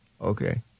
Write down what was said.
Okay